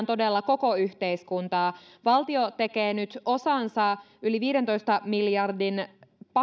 todella koko yhteiskuntaa valtio tekee nyt osansa yli viidentoista miljardin